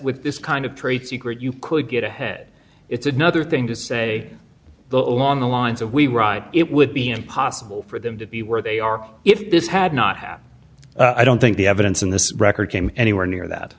with this kind of trade secret you could get ahead it's another thing to say the along the lines of we right it would be impossible for them to be where they are if this had not happened i don't think the evidence in this record came anywhere near that